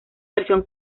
versión